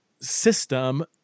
system